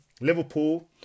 Liverpool